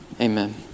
amen